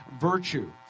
Virtue